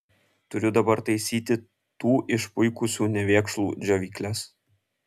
turiu dabar taisyti tų išpuikusių nevėkšlų džiovykles